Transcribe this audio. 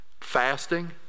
fasting